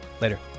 later